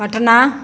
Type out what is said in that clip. Patna